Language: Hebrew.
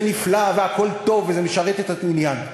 נפלא והכול טוב וזה משרת את העניין.